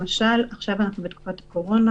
למשל, אנחנו עכשיו בתקופת הקורונה.